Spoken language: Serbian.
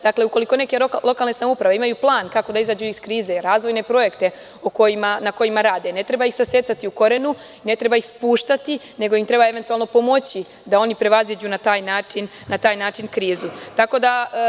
Dakle, ukoliko neke lokalne samouprave imaju plan kako da izađu iz krize, razvojne projekte na kojima rade, ne treba ih sasecati u korenu, ne treba ih spuštati, nego im treba eventualno pomoći da oni na taj način prevaziđu krizu.